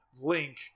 link